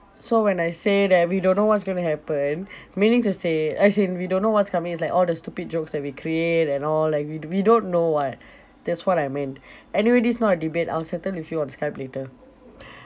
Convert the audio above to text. so when I say that we don't know what's going to happen meaning to say as in we don't know what's coming it's like all the stupid jokes that we create and all like we'd we don't know [what] that's what I meant anyway this is not a debate I will settle with you on skype later